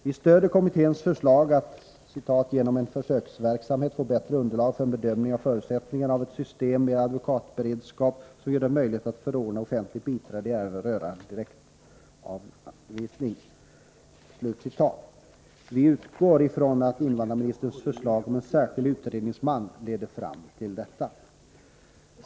Vi stöder kommitténs förslag att genom en försöksverksamhet få bättre underlag för en bedömning av förutsättningarna för ett system med en advokatberedskap som gör det möjligt att förordna offentligt biträde i ärenden rörande direktavvisning. Vi utgår ifrån att invandrarministerns förslag om en särskild utredningsman leder fram till detta.